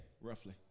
roughly